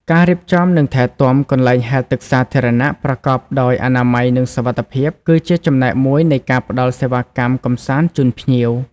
ការរៀបចំ និងថែទាំ កន្លែងហែលទឹកសាធារណៈ ប្រកបដោយអនាម័យ និងសុវត្ថិភាព គឺជាចំណែកមួយនៃការផ្តល់សេវាកម្មកម្សាន្តជូនភ្ញៀវ។